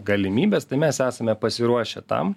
galimybes tai mes esame pasiruošę tam